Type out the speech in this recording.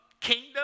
kingdom